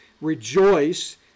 rejoice